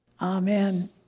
Amen